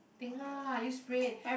think lah use brain